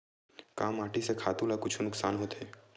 का माटी से खातु ला कुछु नुकसान होथे?